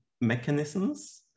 mechanisms